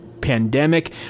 Pandemic